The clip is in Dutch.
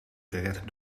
gered